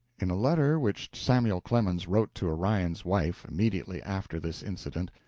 in a letter which samuel clemens wrote to orion's wife, immediately after this incident,